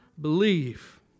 believe